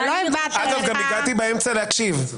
אגב, גם הגעתי באמצע להקשיב.